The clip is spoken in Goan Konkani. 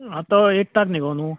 आतां हो एटथाक न्ही गो अंदूं